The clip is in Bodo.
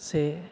से